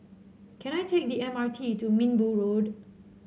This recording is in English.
can I take the M R T to Minbu Road